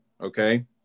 Okay